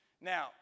Now